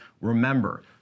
remember